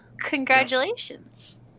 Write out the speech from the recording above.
Congratulations